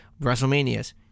WrestleManias